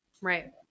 Right